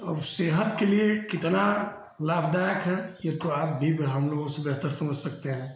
अब सेहत के लिए कितना लाभदायक है यह तो आप भी हमलोगों से बेहतर समझ सकते हैं